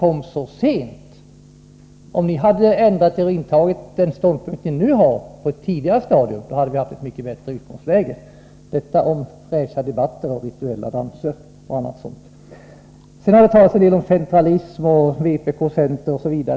Om socialdemokraterna hade ändrat sig och intagit den ståndpunkt de nu har på ett tidigare stadium, då hade vi haft ett mycket bättre utgångsläge. — Detta Det har talats en del om centralism när det gäller vpk och centern.